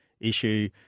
issue